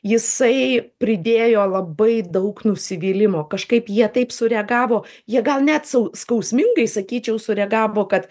jisai pridėjo labai daug nusivylimo kažkaip jie taip sureagavo jie gal net sau skausmingai sakyčiau sureagavo kad